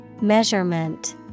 Measurement